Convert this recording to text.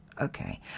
Okay